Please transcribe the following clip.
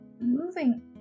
moving